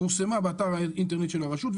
פורסמה באתר האינטרנט של הרשות,